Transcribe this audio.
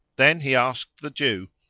then he asked the jew,